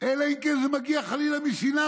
אלא אם כן זה מגיע חלילה משנאה,